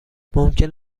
ممکن